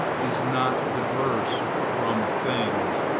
is not diverse from things,